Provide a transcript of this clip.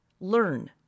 learn